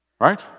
Right